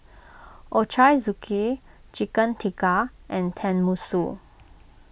Ochazuke Chicken Tikka and Tenmusu